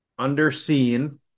underseen